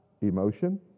emotion